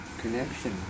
connection